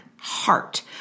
Heart